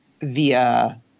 via